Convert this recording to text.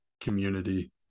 community